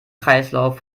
kreislauf